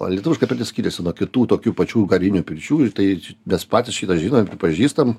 lietuviška pirtis skiriasi nuo kitų tokių pačių garinių pirčių ir tai mes patys šį tą žinom pripažįstam